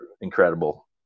incredible